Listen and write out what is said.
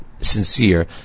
sincere